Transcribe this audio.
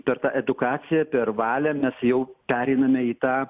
per tą edukaciją per valią mes jau pereiname į tą